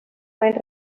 menys